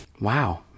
Wow